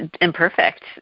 imperfect